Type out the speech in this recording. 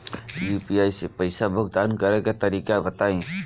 UPI से पईसा भुगतान करे के तरीका बताई?